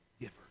giver